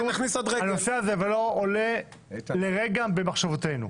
הנושא הזה לא עולה לרגע במחשבותינו.